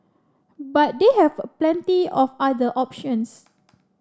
but they have plenty of other options